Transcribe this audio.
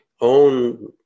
own